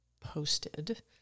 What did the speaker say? posted